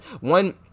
one